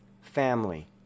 Family